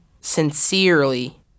sincerely